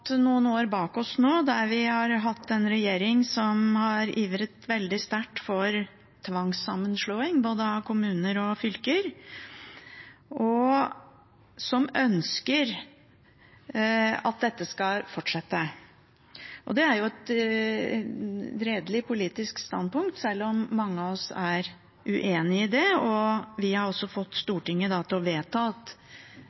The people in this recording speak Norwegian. en regjering som har ivret veldig sterkt for tvangssammenslåing av både kommuner og fylker, og som ønsker at dette skal fortsette. Det er jo et redelig politisk standpunkt, selv om mange av oss er uenig i det. Vi har også fått